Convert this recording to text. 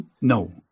no